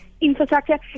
infrastructure